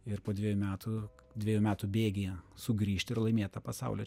ir po dvejų metų dvejų metų bėgyje sugrįžti ir laimėt tą pasaulio